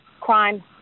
crime